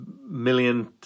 million